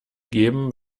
geben